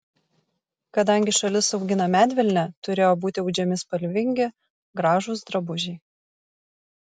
kadangi šalis augina medvilnę turėjo būti audžiami spalvingi gražūs drabužiai